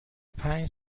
پنج